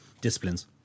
disciplines